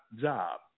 job